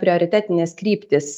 prioritetines kryptis